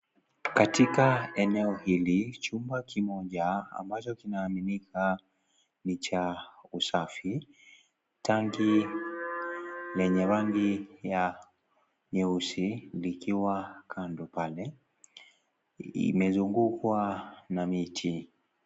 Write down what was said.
Katika eneo hili, chumba kimoja ambacho kinaaminika ni cha usafi. Tangi lenye rangi ya nyeusi likiwa kando pale, imezungukwa na miti.